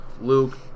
Luke